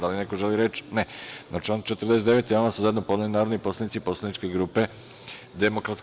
Da li neko želi reč? (Ne) Na član 49. amandman su zajedno podneli narodni poslanici poslaničke grupe DS.